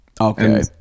Okay